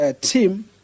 team